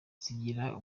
zigira